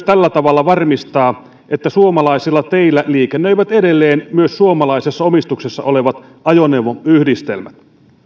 tällä tavalla myös varmistaa että suomalaisilla teillä liikennöivät edelleen myös suomalaisessa omistuksessa olevat ajoneuvoyhdistelmät